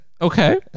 Okay